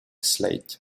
slate